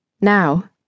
Now